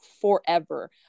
forever